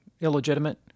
illegitimate